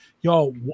y'all